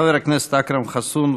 חבר הכנסת אכרם חסון,